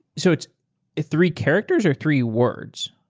so it's three characters or three words?